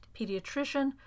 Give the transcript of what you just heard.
pediatrician